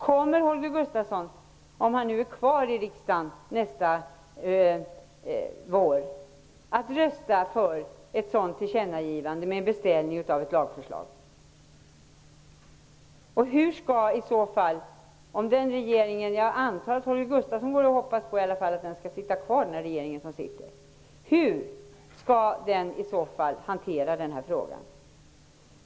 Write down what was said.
Kommer Holger Gustafsson, om han är kvar i riksdagen nästa vår, att rösta för ett tillkännagivande med en beställning av ett lagförslag? Jag antar att Holger Gustafsson hoppas att den här regeringen får sitta kvar. Hur skall den regeringen i så fall hantera den här frågan?